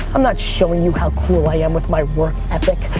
i'm not showing you how cool i am with my work ethic.